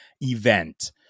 event